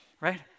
right